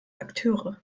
akteure